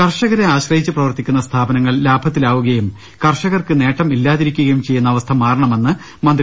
കർഷകരെ ആശ്രയിച്ചു പ്രവർത്തിക്കുന്ന സ്ഥാപനങ്ങൾ ലാഭത്തിലാവുകയും കർഷകർക്ക് നേട്ടം ഇല്ലാതിരിക്കുകയും ചെയ്യുന്ന അവസ്ഥ മാറണമെന്ന് മ ന്ത്രി